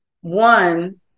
one